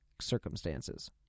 circumstances